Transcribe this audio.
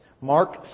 Mark